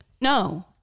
No